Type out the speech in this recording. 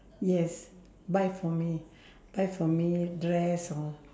yes buy for me buy for me dress or